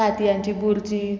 तातयांची Burji